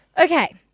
Okay